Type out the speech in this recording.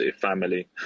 family